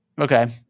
Okay